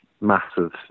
massive